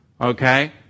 okay